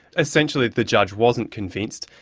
essentially the judge wasn't convinced,